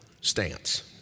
stance